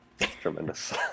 tremendous